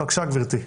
בבקשה, גברתי.